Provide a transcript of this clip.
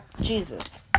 Jesus